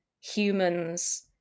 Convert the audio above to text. humans